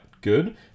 good